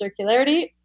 circularity